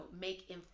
make